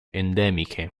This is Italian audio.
endemiche